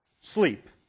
Sleep